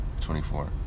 24